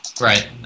Right